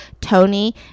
Tony